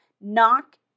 knock